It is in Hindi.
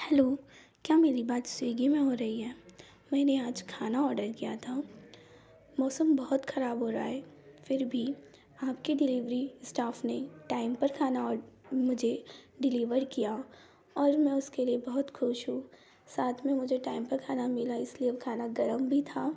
हैलो क्या मेरी बात स्विगी में हो रही है मैंने आज खाना आर्डर किया था मौसम बहुत खराब हो रहा है फिर भी आपके डिलीवरी स्टाफ ने टाइम पर खाना और मुझे डिलीवर किया और मैं उसके लिए बहुत खुश हूँ साथ में मुझे टाइम पर खाना मिला इसलिए खाना गरम भी था